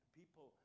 people